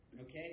Okay